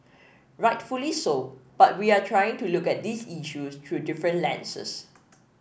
rightfully so but we are trying to look at these issues through different lenses